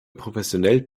professionell